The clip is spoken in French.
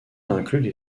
incluent